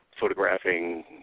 photographing